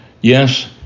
yes